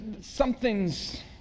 something's